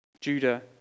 Judah